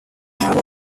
have